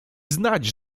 znać